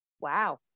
Wow